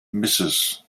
mrs